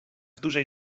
dużej